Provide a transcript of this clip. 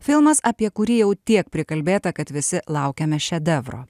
filmas apie kurį jau tiek prikalbėta kad visi laukiame šedevro